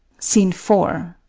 scene four.